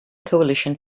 coalition